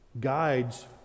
guides